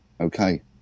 okay